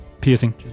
piercing